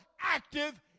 active